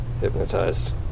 hypnotized